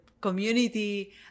community